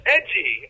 Edgy